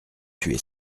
tué